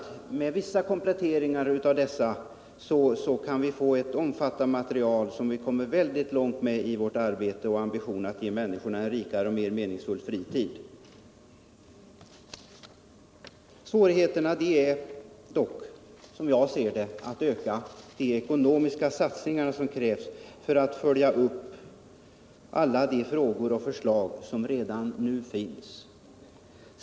Om vi gör vissa kompletteringar får vi ett mycket omfattande material som vi kan komma långt med i vårt arbete för att ge människorna en rikare och mer meningsfull fritid. Svårigheten är, som jag ser det, att kunna göra de ekonomiska satsningar som krävs för att följa upp alla — Nr 37 de förslag som redan nu finns.